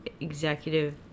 executive